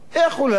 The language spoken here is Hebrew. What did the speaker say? איך הוא מלבין?